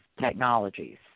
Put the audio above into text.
technologies